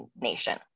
nation